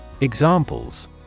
Examples